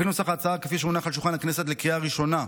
לפי נוסח ההצעה כפי שהונח על שולחן הכנסת לקריאה ראשונה,